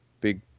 big